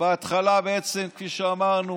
שבהתחלה בעצם כפי שאמרנו,